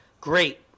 great